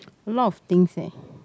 a lot of things eh